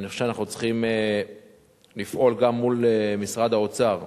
ואני חושב שאנחנו צריכים לפעול גם מול משרד האוצר,